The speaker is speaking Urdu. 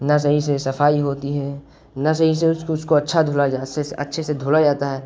نہ صحیح سے صفائی ہوتی ہے نہ صحیح سے اس کو اس کو اچھا دھویا جا صحیح سے اچھے سے دھویا جاتا ہے